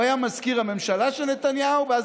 הוא היה מזכיר הממשלה של נתניהו ואז